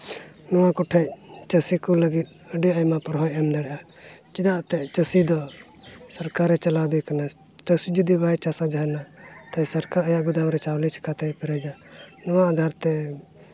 ᱱᱚᱣᱟ ᱠᱚᱴᱷᱮᱡ ᱪᱟᱹᱥᱤ ᱞᱟᱹᱜᱤᱫ ᱟᱹᱰᱤ ᱟᱭᱢᱟ ᱯᱚᱨᱦᱚᱭ ᱮᱢ ᱫᱟᱲᱮᱭᱟᱜᱼᱟ ᱪᱮᱫᱟᱛᱮ ᱪᱟᱹᱥᱤ ᱫᱚ ᱥᱚᱨᱠᱟᱨᱮ ᱪᱟᱞᱟᱣᱮᱫᱮ ᱠᱟᱱᱟ ᱪᱟᱹᱥᱤ ᱡᱩᱫᱤ ᱵᱟᱭ ᱪᱟᱥᱟ ᱡᱟᱦᱟᱱᱟᱜ ᱛᱚᱵᱮ ᱥᱚᱨᱠᱟᱨ ᱟᱡᱟᱜ ᱜᱩᱫᱟᱹᱢ ᱨᱮ ᱪᱟᱣᱞᱮ ᱪᱤᱠᱟᱹᱛᱮ ᱯᱮᱨᱮᱡᱟ ᱱᱚᱣᱟ ᱟᱫᱷᱟᱨᱛᱮ